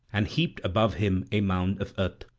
and heaped above him a mound of earth.